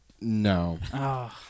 No